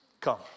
come